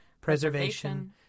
preservation